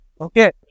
Okay